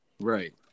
Right